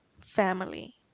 family